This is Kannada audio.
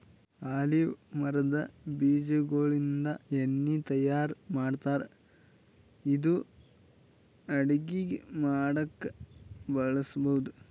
ಆಲಿವ್ ಮರದ್ ಬೀಜಾಗೋಳಿಂದ ಎಣ್ಣಿ ತಯಾರ್ ಮಾಡ್ತಾರ್ ಇದು ಅಡಗಿ ಮಾಡಕ್ಕ್ ಬಳಸ್ಬಹುದ್